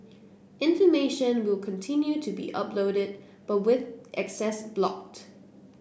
information will continue to be uploaded but with access blocked